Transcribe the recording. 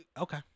Okay